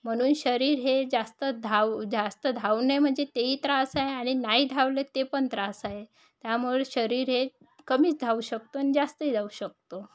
म्हणून शरीर हे जास्त धाव जास्त धावणे म्हणजे ते ही त्रास आहे आणि नाही धावले ते पण त्रास आहे त्यामुळे शरीर हे कमीच धावू शकतो आणि जास्तही धावू शकतो